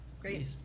Great